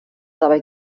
dabei